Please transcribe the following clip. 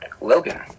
Logan